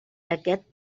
aquest